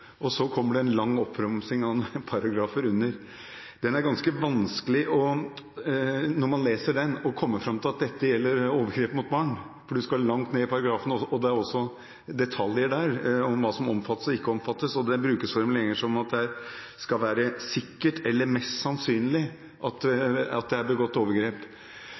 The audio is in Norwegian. og så kommer det en lang oppramsing av paragrafer under. Det er ganske vanskelig når man leser den, å komme fram til at det gjelder overgrep mot barn, for da skal man langt ned i paragrafene. Det er også detaljer der om hva som omfattes og ikke omfattes, og det brukes formuleringer som at det skal være sikkert eller mest sannsynlig at det er begått overgrep.